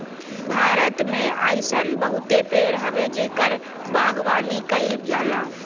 भारत में अइसन बहुते पेड़ हवे जेकर बागवानी कईल जाला